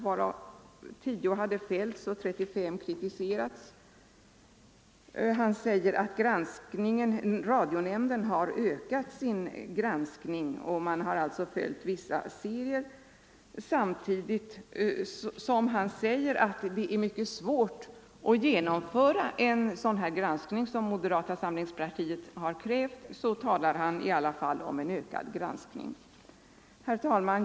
Tio program har fällts och 35 kritiserats. Radionämnden har ökat sin granskning och har följt vissa serier. Samtidigt som herr Sundman framhåller att det är mycket svårt att genomföra en sådan granskning som moderata samlingspartiet har krävt, talar han alltså om en ökad granskning. Herr talman!